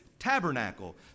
Tabernacle